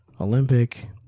Olympic